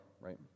right